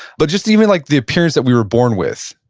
but, just even like the appearance that we were born with,